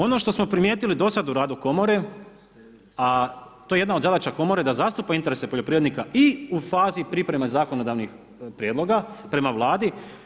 Ono što smo primijetili do sada u radu komore a to je jedna od zadaća komore da zastupa interese poljoprivrednika i u fazi pripreme zakonodavnih prijedloga prema Vladi.